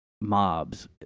mobs